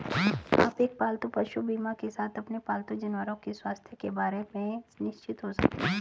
आप एक पालतू पशु बीमा के साथ अपने पालतू जानवरों के स्वास्थ्य के बारे में निश्चिंत हो सकते हैं